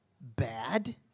bad